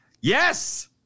Yes